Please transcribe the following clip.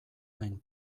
hain